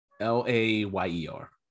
L-A-Y-E-R